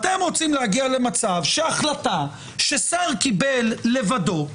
אתם רוצים להגיע למצב שהחלטה ששר קיבל לבדו,